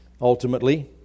ultimately